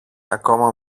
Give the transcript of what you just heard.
ακόμα